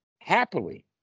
happily